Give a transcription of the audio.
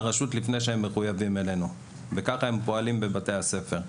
לפני שהם מחויבים אלינו וכך הם פועלים בבתי הספר.